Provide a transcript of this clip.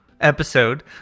episode